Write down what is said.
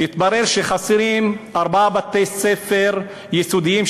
שחסרים ארבעה בתי-ספר יסודיים,